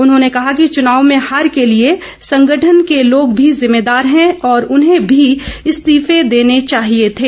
उन्होंने कहा कि चुनाव में हार के लिए संगठन के लोग भी जिम्मेदार हैं और उन्हें भी ईस्तीफे देने चाहिए थे